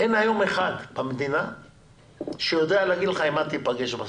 אין היום אחד במדינה שיודע להגיד לך עם מה תיפגש בסוף.